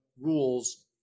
rules